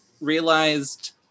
realized